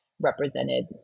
represented